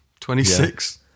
26